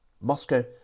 Moscow